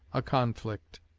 a conflict.